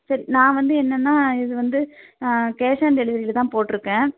சரி நான் வந்து என்னென்னால் இது வந்து கேஷ் ஆன் டெலிவரியில்தான் போட்டிருக்கேன்